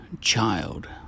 child